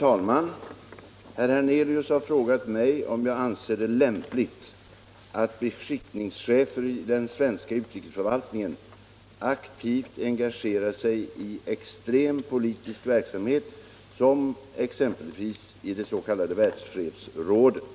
Anser utrikesministern det lämpligt att beskickningschefer tjänstgörande i svensk utrikesförvaltning aktivt engagerar sig i extrem politisk verksamhet som exempelvis i det s.k. Världsfredsrådet?